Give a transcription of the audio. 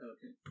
Okay